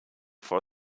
for